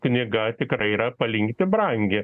knyga tikrai yra palyginti brangi